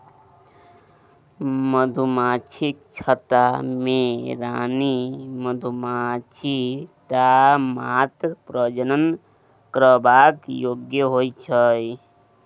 मधुमाछीक छत्ता मे रानी मधुमाछी टा मात्र प्रजनन करबाक योग्य होइ छै